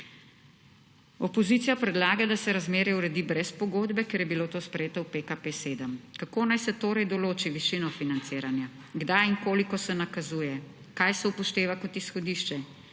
Opozicija predlaga, da se razmerje uredi brez pogodbe, ker je bilo to sprejeto v PKP 7. Kako naj se torej določi višino financiranja? Kdaj in koliko se nakazuje? Kaj se upošteva kot izhodišče?